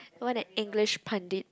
what an English pundit